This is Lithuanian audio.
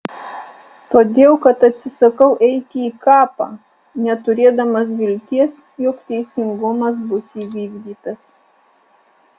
todėl kad atsisakau eiti į kapą neturėdamas vilties jog teisingumas bus įvykdytas